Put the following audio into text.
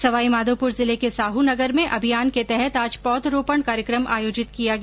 सवाईमाधोप्र जिले के साह नगर में अभियान के तहत आज पौधरोपण कार्यकम आयोजित किया गया